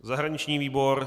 Zahraniční výbor.